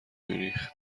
میریخت